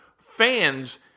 fans